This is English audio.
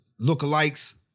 lookalikes